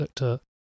looked